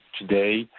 today